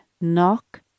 knock